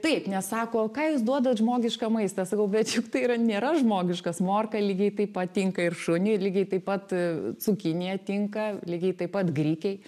taip nes sako ką jūs duodat žmogišką maistą a sakau bet juk tai yra nėra žmogiškas morka lygiai taip pat tinka ir šuniui lygiai taip pat cukinija tinka lygiai taip pat grikiai